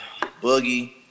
Boogie